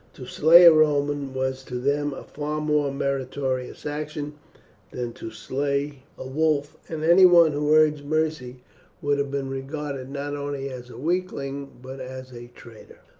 to slay a roman was to them a far more meritorious action than to slay a wolf, and any one who urged mercy would have been regarded not only as a weakling but as a traitor.